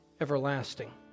everlasting